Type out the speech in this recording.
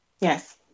Yes